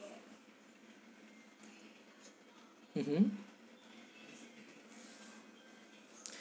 mmhmm